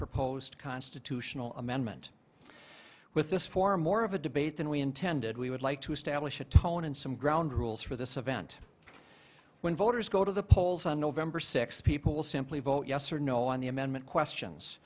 proposed constitutional amendment with this for more of a debate than we intended we would like to establish a tone and some ground rules for this event when voters go to the polls on november sixth people will simply vote yes or no on the amendment questions